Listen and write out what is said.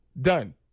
Done